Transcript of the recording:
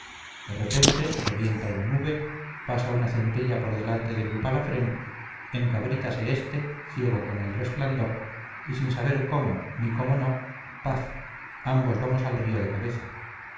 de repente revienta una nube pasa una centella por delante de mi palafrén encabrítase éste ciego con el resplandor y sin saber cómo ni cómo no paf ambos vamos al río de cabeza